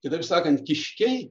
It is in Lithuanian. kitaip sakant kiškiai